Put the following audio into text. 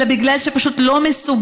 אלא כי הם לא מסוגלים,